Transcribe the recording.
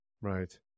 Right